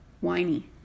whiny